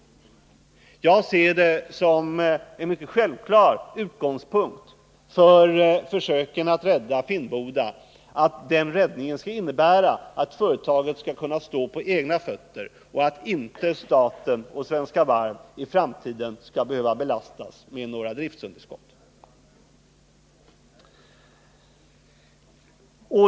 Jag ser det som en mycket självklar utgångspunkt för försöken att rädda Finnboda att den räddningen skall innebära att företaget skall kunna stå på egna fötter och att varken staten eller Svenska Varv i framtiden skall behöva belastas med några underskott.